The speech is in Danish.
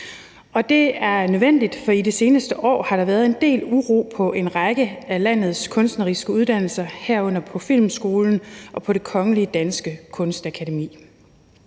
og det er nødvendigt, for i de seneste år har der været en del uro på en række af landets kunstneriske uddannelser, herunder på Filmskolen og på Det Kongelige Danske Kunstakademi.